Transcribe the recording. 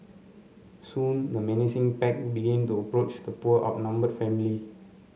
soon the menacing pack began to approach the poor outnumbered family